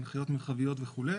הנחיות מרחביות וכולי,